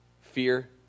fear